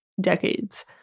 decades